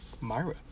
Myra